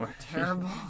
Terrible